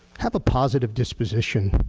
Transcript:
have a positive disposition.